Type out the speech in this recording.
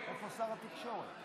אמרת, שר התקשורת.